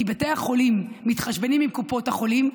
כי בתי החולים מתחשבנים עם קופות החולים,